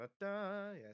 Yes